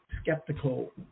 skeptical